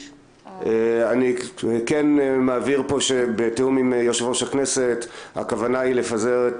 אני מבהיר פה שבתיאום עם יושב-ראש הכנסת הכוונה היא לפזר את